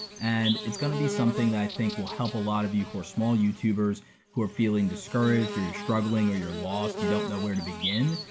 and it's gonna be something i think will help a lot of you who are small youtubers who are feeling discouraged or you're struggling or you're lost, you don't know where to begin.